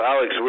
Alex